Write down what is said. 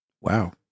Wow